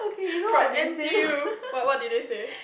from N_T_U what what did they say